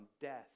death